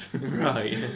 Right